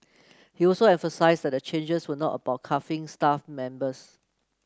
he also emphasised that the changes were not about staff members